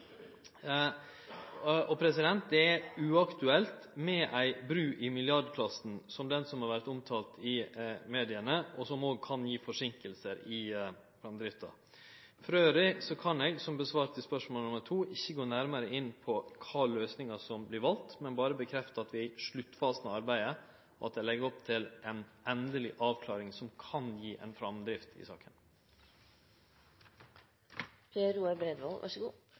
og som òg kan gje forseinkingar i framdrifta. Elles kan eg – som eg svarte på spørsmål 2 – ikkje gå inn på kva løysingar som vert valde, men berre bekrefte at vi er i sluttfasen av arbeidet, og at eg legg opp til ei endeleg avklaring som kan gje ei framdrift i saka.